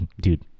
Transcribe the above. dude